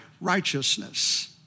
righteousness